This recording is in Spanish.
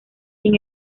sin